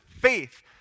faith